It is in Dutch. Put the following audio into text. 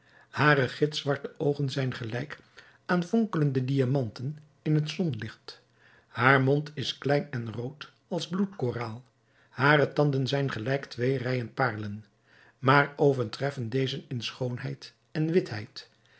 hare gitzwarte oogen zijn gelijk aan fonkelende diamanten in het zonlicht haar mond is klein en rood als bloedkoraal hare tanden zijn gelijk twee rijen paarlen maar overtreffen deze in schoonheid en witheid